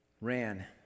ran